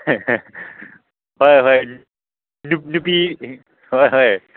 ꯍꯣꯏ ꯍꯣꯏ ꯅꯨꯄꯤ ꯅꯨꯄꯤ ꯍꯣꯏ ꯍꯣꯏ